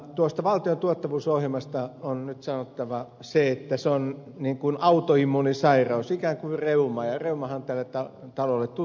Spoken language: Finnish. tuosta valtion tuottavuusohjelmasta on nyt sanottava se että se on niin kuin autoimmuunisairaus ikään kuin reuma ja reumahan on tälle talolle tuttu